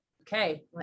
Okay